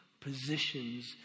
positions